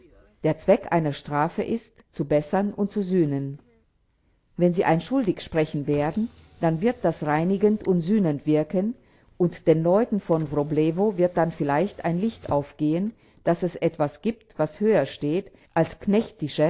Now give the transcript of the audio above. der zweck einer strafe ist zu bessern und zu sühnen wenn sie ein schuldig sprechen werden dann wird das reinigend und sühnend wirken und den leuten in wroblewo wird dann vielleicht ein licht aufgehen daß es etwas gibt was höher steht als